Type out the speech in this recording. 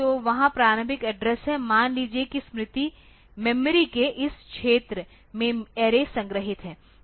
तो वहाँ प्रारंभिक एड्रेस है मान लीजिए कि मेमोरी के इस क्षेत्र में ऐरे संग्रहीत है